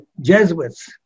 Jesuits